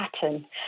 pattern